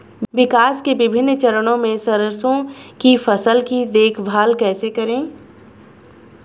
विकास के विभिन्न चरणों में सरसों की फसल की देखभाल कैसे करें?